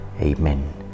Amen